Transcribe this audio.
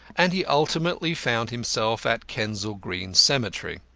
and he ultimately found himself at kensal green cemetery.